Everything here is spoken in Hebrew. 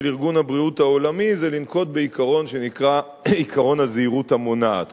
של ארגון הבריאות העולמי היא לנקוט בעיקרון שנקרא עקרון הזהירות המונעת,